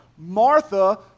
Martha